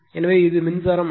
எனவே இது மின்சாரம் ஐ